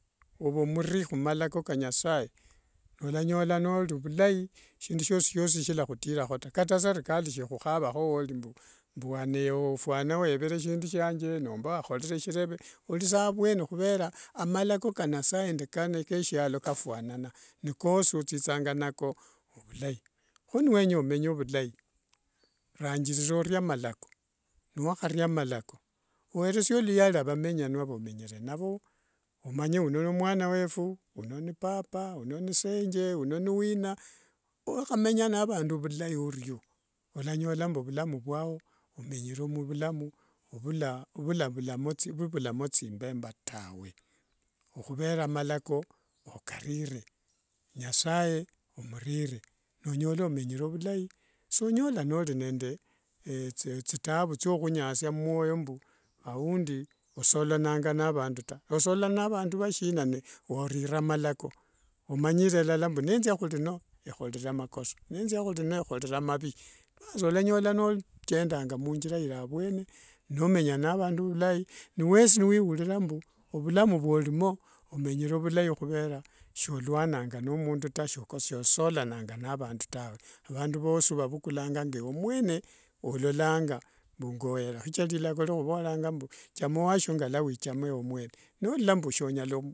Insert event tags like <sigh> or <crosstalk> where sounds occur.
Ova muri khumalako ka nyasaye olanyola nori vulai shindu siosisiosi nisilakhutirakho taa kata serikali sikhukhavakho wori mbu wane fuana wevere shindu shiange nomba wakhorere shireve orisa avuene khuvera amalako ka nasaye nde kasialo kafuanana nkosi othithanga nako vilai kho nuwenya omenye vulai rangirira orie amalako niwakharia amalako weresie luyari avamenyanua vomenyere navo omanye uno ni mwana wefu uno ni papa, uno ni senge uno ni wina nokhamenya na vandu vulai orio olanyola mbu vulamu vwao omenyere muvulamu vuvulamo thimbemba taawe okhuvera malako okarire nyasaye omurire nonyola omenyere vulai sonyola <hesitation> thia khukhunyasia mumuoyo mbu aundi osolananga navandu taa osolana na vandu shina norire amalako omanyire lala mbu ninzia khurino mba khorere makosa ninzia khuno khorere amavi basi olanyola nochendanga munjira iravuene nomenya navandu vulai niwesi niwiurira mbu vulamu vuorimo omenyere vulai khuvera soluananga nomundu taa sosolananga navandu taa avandu vosi ovavukulanga ngewe mwene ngololanga ngoyera shichira malako karuvoreranga mbu chama wasio ngewechama ewe mwene.